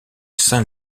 saint